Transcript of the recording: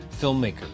filmmaker